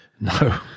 No